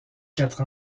quatre